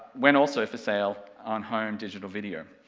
went also for sale on home digital video.